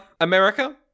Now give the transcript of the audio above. America